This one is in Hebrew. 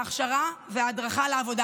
ההכשרה וההדרכה לעבודה.